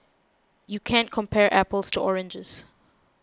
you can't compare apples to oranges